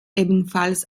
ebenfalls